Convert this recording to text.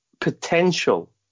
potential